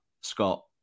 Scott